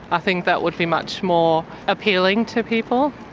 i think that would be much more appealing to people.